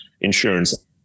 insurance